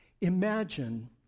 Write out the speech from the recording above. Imagine